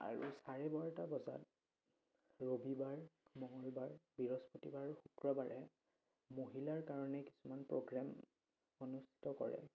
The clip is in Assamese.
আৰু চাৰে বাৰটা বজাত ৰবিবাৰ মঙলবাৰ বৃহস্পতিবাৰ শুক্ৰবাৰে মহিলাৰ কাৰণে কিছুমান প্ৰগ্ৰেম অনুষ্ঠিত কৰে